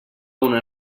una